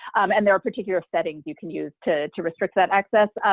and there are particular settings you can use to to restrict that access.